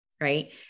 right